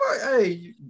Hey